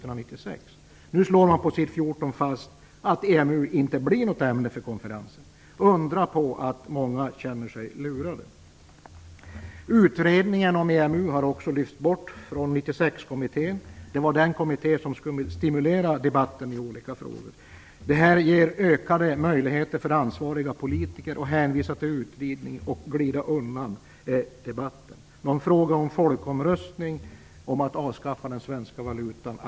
Nu slår man på s. 14 fast att EMU inte blir ett ämne för konferensen. Undra på att många känner sig lurade! Utredningen om EMU har lyfts bort från 96 kommittén, den kommitté som skulle stimulera debatten i olika frågor. Detta ger ökade möjligheter för ansvariga politiker att hänvisa till utredning och att glida undan debatt. Det aviseras inte heller att det blir fråga om någon folkomröstning om att avskaffa den svenska valutan.